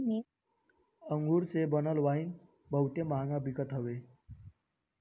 अंगूर से बनल वाइन बहुते महंग मिलत हवे